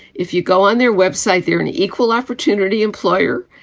if you go on their website, they're and an equal opportunity employer.